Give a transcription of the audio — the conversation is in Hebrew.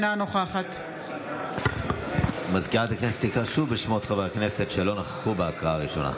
סגנית מזכיר הכנסת תקרא שוב בשמות חברי הכנסת שלא נכחו בהקראה הראשונה.